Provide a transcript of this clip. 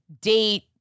date